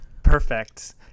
perfect